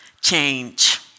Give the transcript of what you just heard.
change